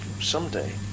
someday